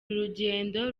rugendo